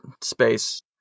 space